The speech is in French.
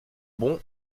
bon